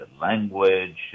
language